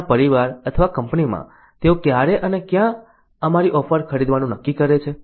તેમના પરિવાર અથવા કંપનીમાં તેઓ ક્યારે અને ક્યાં અમારી ઓફર ખરીદવાનું નક્કી કરે છે